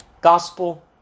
Gospel